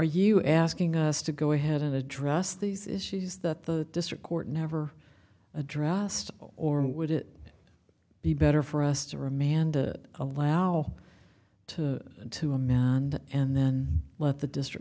you asking us to go ahead and address these issues that the district court never addressed or would it be better for us to remand the allow to to a mound and then let the district